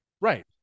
Right